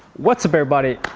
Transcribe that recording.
what's up everybody!